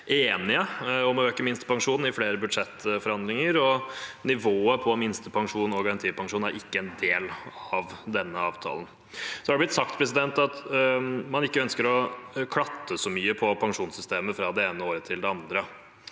enige om å øke minstepensjonen i flere budsjettforhandlinger. Nivået på minstepensjon og garantipensjon er ikke en del av denne avtalen. Det har blitt sagt at man ikke ønsker å klatte så mye på pensjonssystemet fra det ene året til det andre.